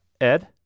Ed